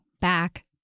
back